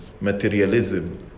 materialism